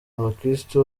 abakirisitu